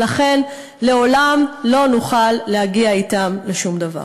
ולכן לעולם לא נוכל להגיע אתם לשום דבר.